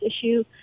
issue